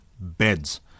beds